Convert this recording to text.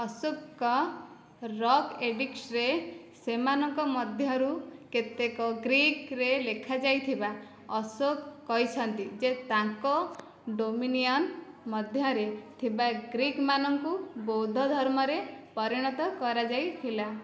ଅଶୋକଙ୍କ ରକ୍ ଏଡିକ୍ସରେ ସେମାନଙ୍କ ମଧ୍ୟରୁ କେତେକ ଗ୍ରୀକ୍ରେ ଲେଖାଯାଇଥିବା ଅଶୋକ କହିଛନ୍ତି ଯେ ତାଙ୍କ ଡୋମିନିଅନ୍ ମଧ୍ୟରେ ଥିବା ଗ୍ରୀକମାନଙ୍କୁ ବୌଦ୍ଧ ଧର୍ମରେ ପରିଣତ କରାଯାଇଥିଲା